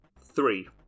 three